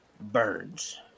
birds